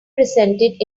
presented